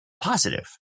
positive